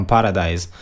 Paradise